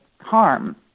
harm